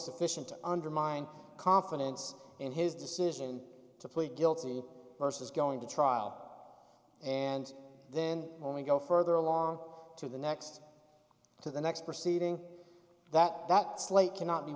sufficient to undermine confidence in his decision to plead guilty versus going to trial and then when we go further along to the next to the next proceeding that that slate cannot be